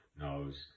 knows